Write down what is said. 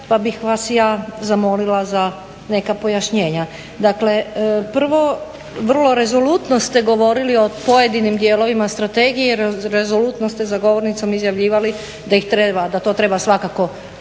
pa bih vas ja zamolila za neka pojašnjenja. Dakle prvo, vrlo rezolutno ste govorili o pojedinim dijelovima strategije i rezolutnosti za govornicom izjavljivali da to treba svakako promijenit,